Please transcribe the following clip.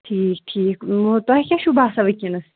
ٹھیٖک ٹھیٖک مہ تۄہہِ کیٛاہ چھُو باسان وٕنکیٚنَس